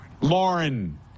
Lauren